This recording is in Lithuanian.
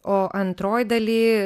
o antroj daly